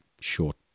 short